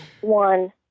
One